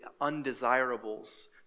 undesirables